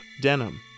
denim